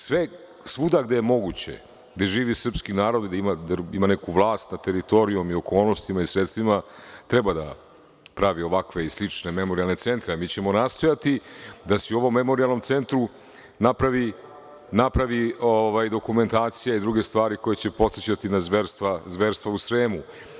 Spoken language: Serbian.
Svuda gde je moguće, gde živi srpski narod, gde ima neku vlast nad teritorijom, okolnostima i sredstvima, treba da pravi ovakve i slične memorijalne centra, a mi ćemo nastojati da se u ovom memorijalnom centru napravi dokumentacija i druge stvari koje će podsećati na zverstva u Sremu.